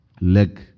leg